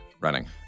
running